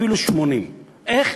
אפילו 80. איך?